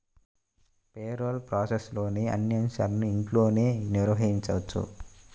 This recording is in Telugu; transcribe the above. పేరోల్ ప్రాసెస్లోని అన్ని అంశాలను ఇంట్లోనే నిర్వహించవచ్చు